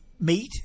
meat